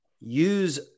use